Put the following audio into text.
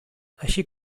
així